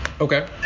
Okay